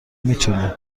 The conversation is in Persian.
میتونی